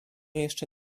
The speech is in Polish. jeszcze